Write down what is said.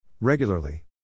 Regularly